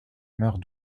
meurt